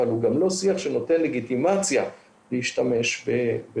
אבל הוא גם לא שיח שנותן לגיטימציה להשתמש בחומרים.